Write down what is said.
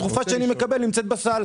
התרופה שאני מקבל נמצאת בסל.